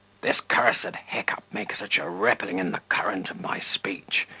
this cursed hiccup makes such a rippling in the current of my speech,